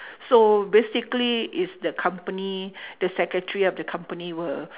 so basically is the company the secretary of the company will